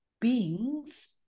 beings